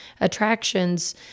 attractions